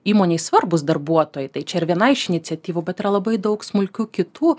įmonei svarbūs darbuotojai tai čia yra viena iš iniciatyvų bet yra labai daug smulkių kitų